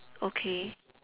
okay